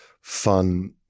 fun